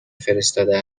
فرستاده